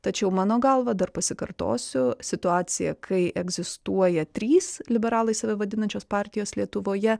tačiau mano galva dar pasikartosiu situacija kai egzistuoja trys liberalais save vadinančios partijos lietuvoje